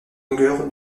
longueur